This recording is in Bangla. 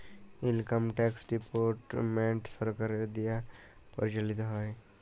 ইলকাম ট্যাক্স ডিপার্টমেন্ট সরকারের দিয়া পরিচালিত হ্যয়